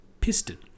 piston